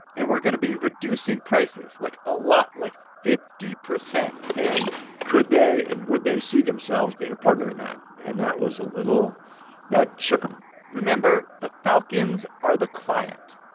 and we're going to be reducing prices like, a lot like, fifty percent and could they and would they see themselves being a partner in that? and that was a little that shook them remember the falcons are the client.